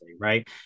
right